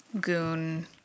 goon